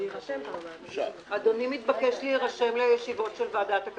בבקשה תודיע לוועדה אם ההצעה כרוכה בעלות מתקציב המדינה.